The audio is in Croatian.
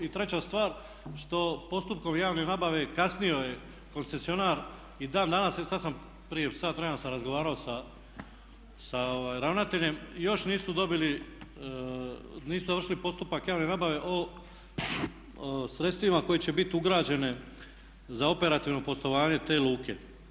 I treća stvar, što postupkom javne nabave kasnio je koncesionar i dan dana, sad sam prije sat vremena razgovarao sa ravnateljem još nisu dobili, nisu završili postupak javne nabave o sredstvima koja će biti ugrađena za operativno poslovanje te luke.